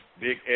Big